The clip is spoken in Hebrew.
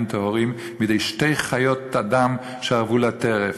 טהורים מידי שתי חיות אדם שארבו לטרף.